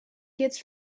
gets